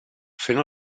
fent